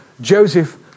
Joseph